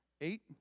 eight